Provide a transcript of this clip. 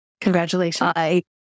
Congratulations